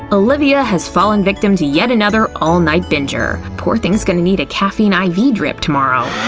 olivia has fallen victim to yet another all-night binger. poor thing's gonna need a caffeine i mean drip tomorrow!